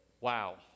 Wow